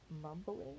mumbling